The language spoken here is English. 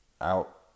out